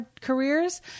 careers